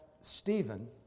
Stephen